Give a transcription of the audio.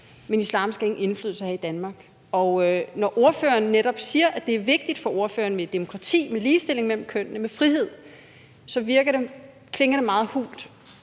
men islam skal ingen indflydelse have i Danmark. Når ordføreren netop siger, at det er vigtigt for ordføreren med demokrati, ligestilling mellem kønnene og frihed, så klinger det meget hult,